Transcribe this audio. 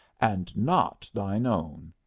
and not thine own.